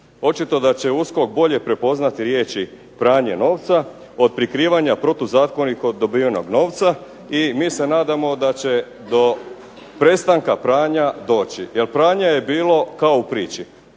Očito da će USKOK bolje prepoznati riječi pranje novca od prikrivanja protuzakonito dobivenog novca i mi se nadamo da će do prestanka pranja doći jer pranja je bilo kao u priči.